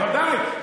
בוודאי,